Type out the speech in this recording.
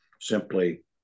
simply